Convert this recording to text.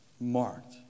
marked